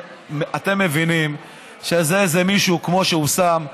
אתם מבינים שזה מישהו שכמו שהוא שם ברולטה,